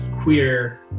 Queer